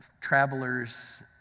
travelers